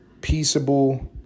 peaceable